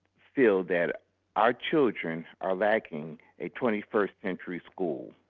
feel that our children are lacking a twenty first century school.